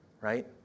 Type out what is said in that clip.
right